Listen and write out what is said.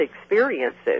experiences